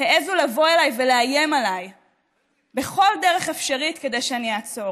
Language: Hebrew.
העזו לבוא אליי ולאיים עליי בכל דרך אפשרית כדי שאני אעצור.